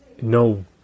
no